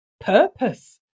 purpose